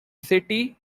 city